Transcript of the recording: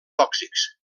tòxics